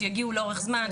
שיגיעו לאורך זמן,